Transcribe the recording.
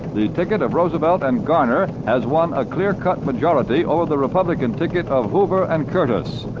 the ticket of roosevelt and garner has won a clear-cut majority over the republican ticket of hoover and curtis,